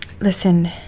listen